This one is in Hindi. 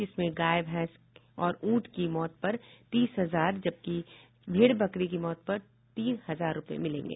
जिसमें गाय भैंस और ऊंट की मौत पर तीस हजार जबकि भेड़ बकरी के मौत पर तीन हजार रूपये मिलेंगे